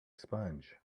sponge